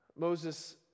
Moses